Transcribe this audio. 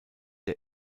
der